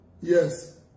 Yes